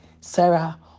Sarah